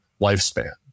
lifespan